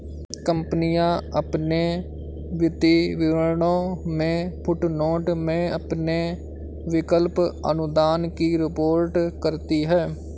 कंपनियां अपने वित्तीय विवरणों में फुटनोट में अपने विकल्प अनुदान की रिपोर्ट करती हैं